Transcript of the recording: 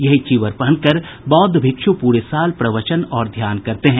यही चीवर पहनकर बौद्ध भिक्ष पूरे साल प्रवचन और ध्यान करते हैं